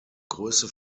größe